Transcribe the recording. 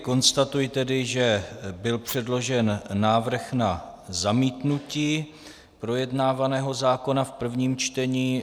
Konstatuji tedy, že byl předložen návrh na zamítnutí projednávaného zákona v prvním čtení.